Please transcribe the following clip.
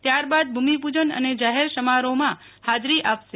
ત્યારબાદ ભૂમિપૂજન અને જાહેર સમારોહમાં હાજરી આપશે